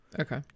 Okay